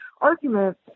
argument